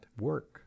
work